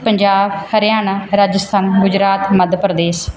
Punjab Haryana Rajasthan Gujarat Madhya Pradesh